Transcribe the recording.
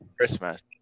Christmas